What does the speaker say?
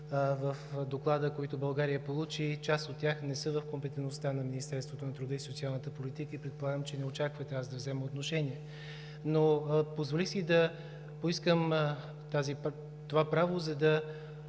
в Доклада, които България получи и част от тях не са в компетентността на Министерството на труда и социалната политика и предполагам, че не очаквате аз да взема отношение. Позволих си да поискам това право, за да